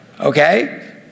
Okay